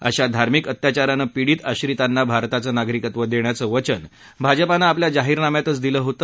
अशा धार्मिक अत्याचारानं पिडित आश्रीतांना भारताचं नागरिकत्व देण्याचं वचन भाजपानं आपल्या जाहीरनाम्यातच दिलं होतं